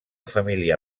família